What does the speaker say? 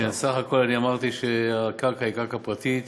בסך הכול אמרתי שהקרקע היא קרקע פרטית,